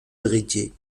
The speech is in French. héritier